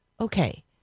okay